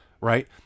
right